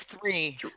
three